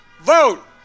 vote